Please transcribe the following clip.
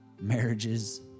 marriages